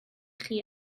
chi